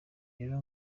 rero